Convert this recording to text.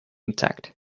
intact